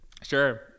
Sure